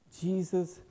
Jesus